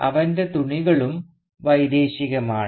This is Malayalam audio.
അവൻറെ തുണികളും വൈദേശികമാണ്